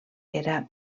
era